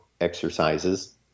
exercises